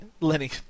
Lenny